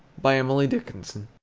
by emily dickinson